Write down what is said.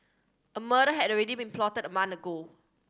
a murder had already been plotted a month ago